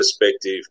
perspective